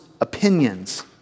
opinions